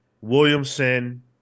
Williamson